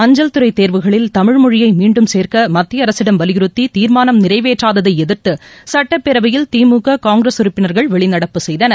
அஞ்சல் துறை தேர்வுகளில் தமிழ் மொழியை மீண்டும் சேர்க்க மத்திய அரசிடம் வலியுறத்தி தீர்மானம் நிறைவேற்றாததை எதிர்த்து சுட்டப்பேரவையில் திமுக காங்கிரஸ் உறுப்பினர்கள் வெளிநடப்பு செய்தனர்